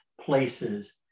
places